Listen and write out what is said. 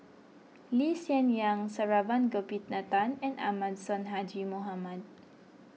Lee Hsien Yang Saravanan Gopinathan and Ahmad Sonhadji Mohamad